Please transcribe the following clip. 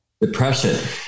depression